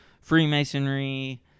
Freemasonry